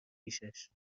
پیشش